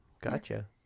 Gotcha